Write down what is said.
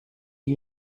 you